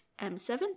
M7